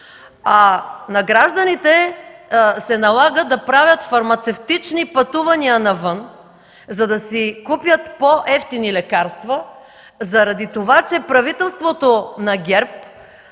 На гражданите се налага да правят фармацевтични пътувания навън, за да си купят по-евтини лекарства заради това, че правителството на ГЕРБ